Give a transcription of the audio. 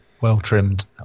well-trimmed